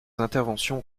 interventions